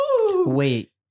Wait